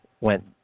went